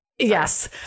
Yes